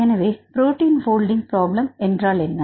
எனவே protein folding problem என்றால் என்ன